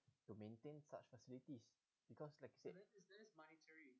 to maintain such facilities because let's say